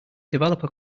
developer